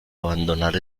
abandonar